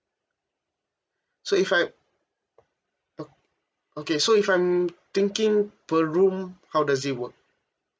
so if I o~ okay so if I'm thinking per room how does it work